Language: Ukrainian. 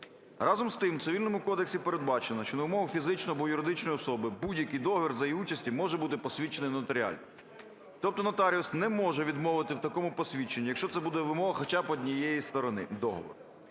Разом з тим, в Цивільному кодексі передбачено, що на вимогу фізичної або юридичної особи будь-який договір за її участі може бути посвідчений нотаріально. Тобто нотаріус не може відмовити в такому посвідченні, якщо це буде вимога хоча б однієї сторони договору.